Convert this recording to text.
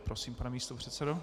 Prosím, pane místopředsedo.